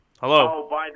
hello